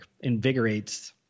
invigorates